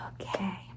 Okay